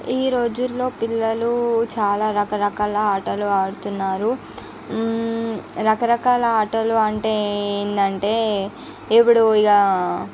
ఈ రోజుల్లో పిల్లలు చాలా రకరకాల ఆటలు ఆడుతున్నారు రకరకాల ఆటలు అంటే ఏందంటే ఇప్పుడు ఇక